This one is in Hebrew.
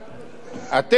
חברי הכנסת החרדים,